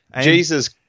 Jesus